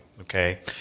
Okay